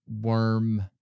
worm